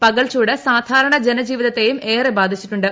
പകൽച്ചൂട് സാധാരണ ജനജീവിതത്തെയും ഏറെ ബാധിച്ചിട്ടുണ്ട്